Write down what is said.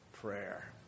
prayer